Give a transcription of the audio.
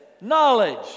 knowledge